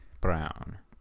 Brown